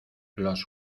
los